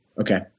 Okay